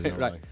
right